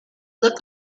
looked